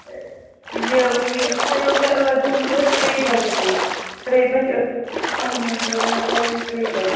یِم یہِ تھایو مےٚ عٲدۍ دۄہلہِ حظ ترٛیٚیہِ بَجہِ ہیوٗ ترٛیٚیہِ بَجہِ ٲسٕس اہن حظ بہٕ حظ مےٚ حظ تھایو یہِ ترٛیٚیہِ بَجہِ